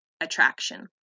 attraction